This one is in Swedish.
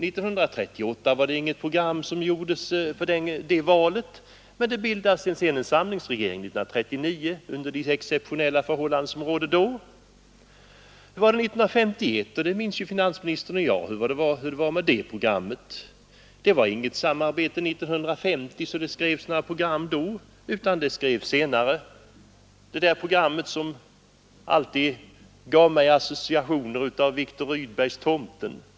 Inför valet 1938 gjordes det inte upp något program, men det bildades en samlingsregering 1939 under de exceptionella förhållanden som rådde då. Och hur var det 1951? Både finansministern och jag minns ju hur det förhöll sig med programmet då. Det var inget samarbete 1950 så att det skrevs något program, utan det kom senare det där programmet som alltid gav mig associationer till Viktor Rydbergs Tomten.